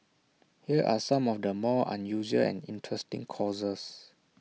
here are some of the more unusual and interesting courses